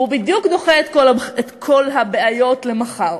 הוא בדיוק דוחה את כל הבעיות למחר.